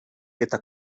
eta